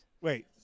Wait